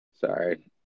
Sorry